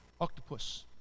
octopus